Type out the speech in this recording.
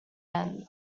end